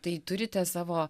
tai turite savo